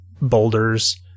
boulders